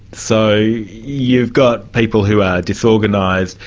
so you've got people who are disorganised,